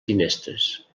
finestres